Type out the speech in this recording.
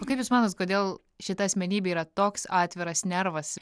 o kaip jūs manot kodėl šita asmenybė yra toks atviras nervas